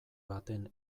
baten